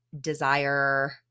desire